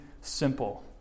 simple